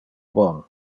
bon